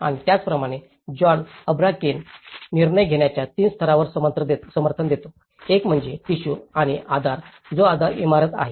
आणि त्याचप्रमाणे John Habraken निर्णय घेण्याच्या 3 स्तरांवर समर्थन देतो एक म्हणजे टिशू आणि आधार जो आधार इमारत आहे